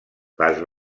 les